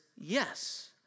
yes